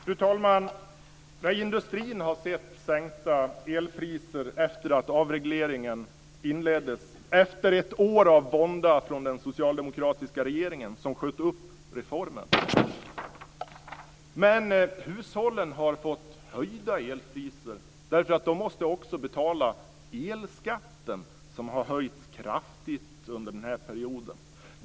Fru talman! Industrin har sett sänkta elpriser efter att avregleringen inleddes efter ett år av vånda från den socialdemokratiska regeringen som sköt upp reformen. Men hushållen har fått höjda elpriser därför att de också måste betala elskatt, vilken har höjts kraftigt under den här perioden.